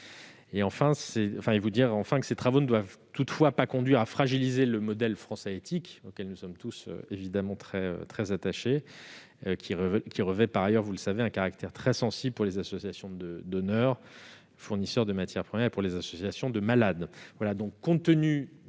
français. Ces travaux ne doivent toutefois pas conduire à fragiliser le modèle éthique français, auquel nous sommes tous très attachés, qui revêt par ailleurs un caractère très sensible pour les associations de donneurs, fournisseurs de matières premières pour les associations de malades.